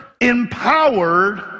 empowered